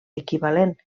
equivalent